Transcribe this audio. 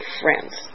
friends